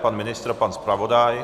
Pan ministr a pan zpravodaj?